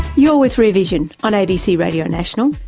you're with rear vision on abc radio national,